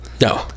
No